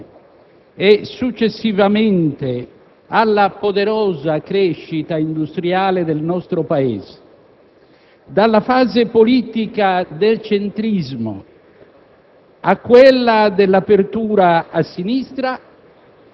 Dalla Costituente alla ricostruzione e, successivamente, alla poderosa crescita industriale del nostro Paese, dalla fase politica del centrismo